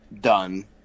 done